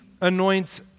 anoints